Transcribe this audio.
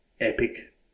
epic